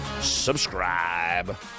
subscribe